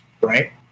right